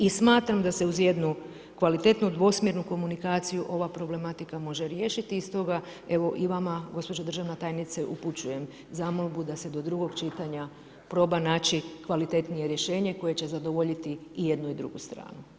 I smatram da se uz jednu kvalitetnu dvosmjernu komunikaciju ova problematika može riješiti i stoga, evo i vama, gospođo državna tajnice upućujem zamolbu da se do drugog čitanja proba naći kvalitetnije rješenje koje će zadovoljiti i jednu i drugu stranu.